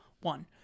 One